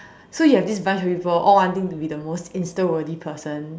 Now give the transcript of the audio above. so you have this bunch of people all wanting to be the most Insta worthy person